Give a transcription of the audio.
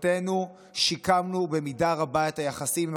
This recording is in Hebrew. בתקופתנו שיקמנו במידה רבה את היחסים עם